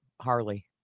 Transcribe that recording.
Harley